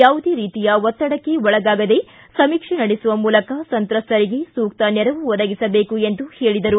ಯಾವುದೇ ರೀತಿಯ ಒತ್ತಡಕ್ಕೆ ಒಳಗಾಗದೇ ಸಮೀಕ್ಷೆ ನಡೆಸುವ ಮೂಲಕ ಸಂತ್ರಸ್ತರಿಗೆ ಸೂಕ್ತ ನೆರವು ಒದಗಿಸಬೇಕು ಎಂದು ಹೇಳದರು